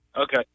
Okay